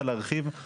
הפיילוט הקודם.